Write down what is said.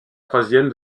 troisième